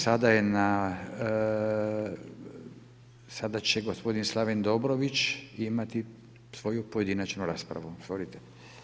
Sada će gospodin Slaven Dobrović, imati svoju pojedinačnu raspravu, izvolite.